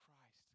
Christ